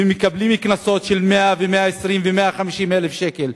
ומקבלים קנסות של 100,000 ו-120,000 ו-150,000 שקל.